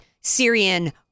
Syrian